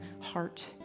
heart